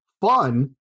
fun